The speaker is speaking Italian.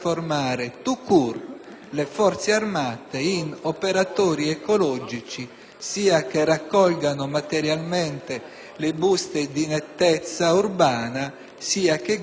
le Forze armate in operatori ecologici, sia che raccolgano materialmente le buste di nettezza urbana sia che guidino quei mezzi.